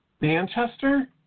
Manchester